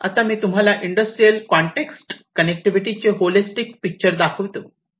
आता मी तुम्हाला इंडस्ट्रियल कॉन्टेक्सट कनेक्टिविटी चे होलिस्टिक पिक्चर दाखवितो